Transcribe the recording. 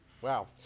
Wow